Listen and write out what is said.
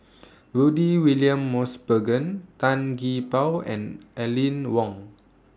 Rudy William Mosbergen Tan Gee Paw and Aline Wong